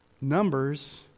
Numbers